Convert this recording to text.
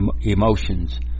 Emotions